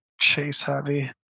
chase-heavy